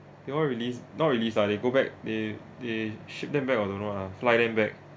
they all released not released lah they go back they they ship them back or don't know lah fly them back